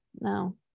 no